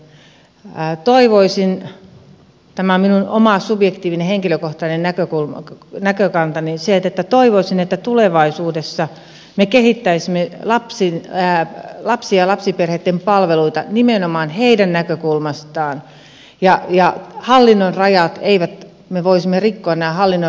toivoisin tämä on minun oma subjektiivinen henkilökohtainen näkökantani että tulevaisuudessa me kehittäisimme lapsien ja lapsiperheitten palveluita nimenomaan heidän näkökulmastaan ja hallinnon rajat me voisimme rikkoa